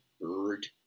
bird